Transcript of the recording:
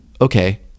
okay